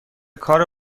کار